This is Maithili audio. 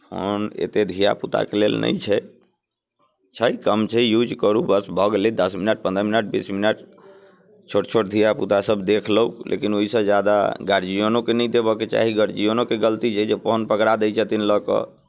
फोन एतेक धियापुताके लेल नहि छै छै कम छै यूज करू बस भऽ गेलै दस मिनट पन्द्रह मिनट बीस मिनट छोट छोट धियापुतासभ देख लौ लेकिन ओहिसँ ज्यादा गार्जियनोके नहि देबयके चाही गार्जियनोके गलती अछि जे फोन पकड़ा दैत छथिन लऽ कऽ